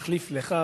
תחליף לך,